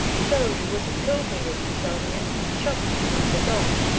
so, you would have killed me, would you, charmian shot me like a dog?